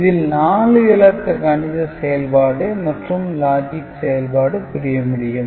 இதில் 4 இலக்க கணித செயல்பாடு மற்றும் லாஜிக் செயல்பாடு புரிய முடியும்